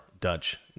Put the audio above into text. Dutch